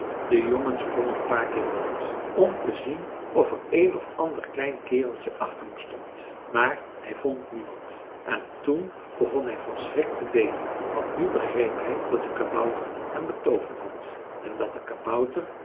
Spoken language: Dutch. de jongen sprong een paar keer rond om te zien of er een of ander klein kereltje achter hem stond maar hij vond niemand en toen begon hij van schrik te beven want nu begreep hij dat de kabouter hem betooverd had en dat de kabouter